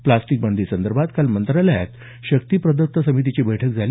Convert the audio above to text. प्रास्टिक बंदी संदर्भात काल मंत्रालयात शक्ती प्रदक्त समितीची बैठक झाली